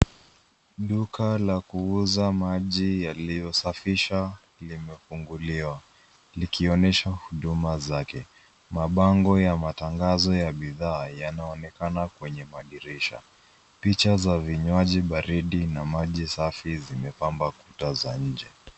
Duka la kuuza maji yaliyosafisha limefunguliwa, likionyesha huduma zake. Mabango ya matangazo ya bidhaa yanaonekana kwenye madirisha. Picha za vinywaji baridi na maji safi zimepamba kuta za nje.